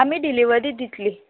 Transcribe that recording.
आमी डिलिवरी दितलीं